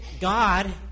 God